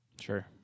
Sure